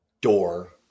door